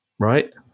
Right